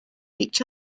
each